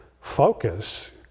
focus